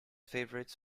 favorites